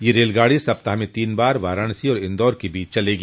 यह रेलगाड़ी सप्ताह में तीन बार वाराणसी और इंदौर क बीच चलेगी